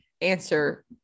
answer